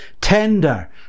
tender